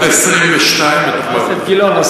חבר הכנסת גילאון,